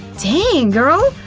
dang, girl!